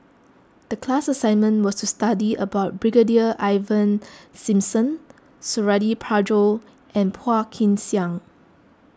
the class assignment was to study about Brigadier Ivan Simson Suradi Parjo and Phua Kin Siang